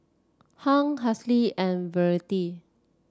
Hung Halsey and Verlyn